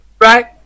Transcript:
Right